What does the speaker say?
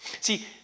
See